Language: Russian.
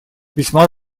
весьма